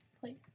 please